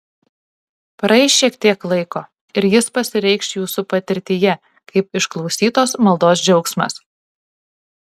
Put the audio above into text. praeis šiek tiek laiko ir jis pasireikš jūsų patirtyje kaip išklausytos maldos džiaugsmas